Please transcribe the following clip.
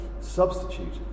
substitute